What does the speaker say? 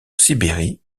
sibérie